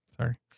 Sorry